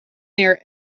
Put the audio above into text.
near